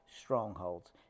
strongholds